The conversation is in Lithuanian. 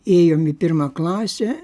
ėjom į pirmą klasę